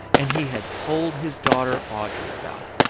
and he had told his daughter audrey about it